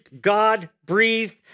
God-breathed